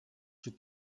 czy